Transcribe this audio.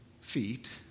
feet